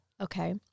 Okay